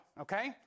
Okay